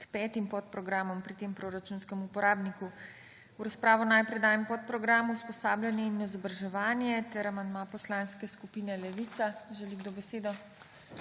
k petim podprogramom pri tem proračunskem uporabniku. V razpravo najprej dajem podprogram Usposabljanje in izobraževanje ter amandma Poslanske skupine Levica. Želi kdo besedo?